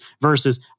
versus